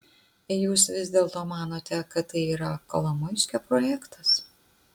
jūs vis dėlto manote kad tai yra kolomoiskio projektas